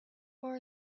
for